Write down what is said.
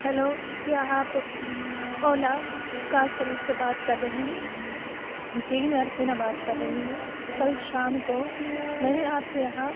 hello کیا آپ Ola car service سے بات کر رہے ہیں جی میں عرفینہ بات کر رہی ہوں کل شام کو میں نے آپ کے یہاں